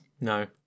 No